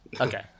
Okay